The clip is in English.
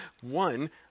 one